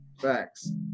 Facts